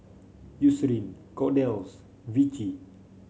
Eucerin Kordel's Vichy